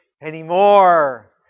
anymore